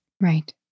Right